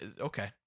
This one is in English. okay